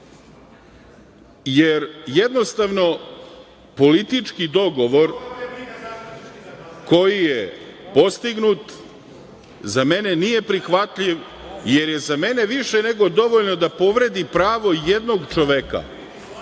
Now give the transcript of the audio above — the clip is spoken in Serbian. jer jednostavno politički dogovor koji je postignut za mene nije prihvatljiv, jer je za mene više nego dovoljno da povredim pravo jednog čoveka